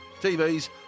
TVs